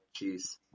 Jeez